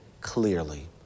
clearly